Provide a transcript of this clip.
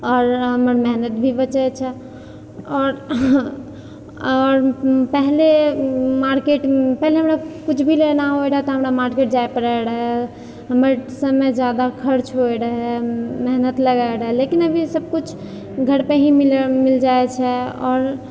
आओर हमर मेहनत भी बचै छै आओर आओर पहले मार्केट पहले हमरा किछु भी लेना होय रहऽ तऽ हमरा मार्केट जाए पड़ै रहऽ हमर समय जादा खर्च होय रहऽ मेहनत लागै रहऽ लेकिन अभी सबकिछु घर पे ही मिल जाय छै आओर